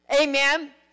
amen